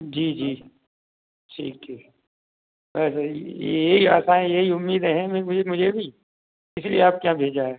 जी जी ठीक है अरे यह ही आसान है यही उम्मीदें है मुझे मुझे भी इसलिए आपके यहाँ भेजा है